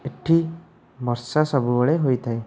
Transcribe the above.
ଏଠି ବର୍ଷା ସବୁବେଳେ ହୋଇଥାଏ